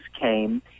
came